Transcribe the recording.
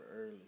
early